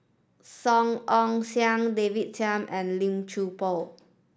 Song Ong Siang David Tham and Lim Chuan Poh